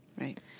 Right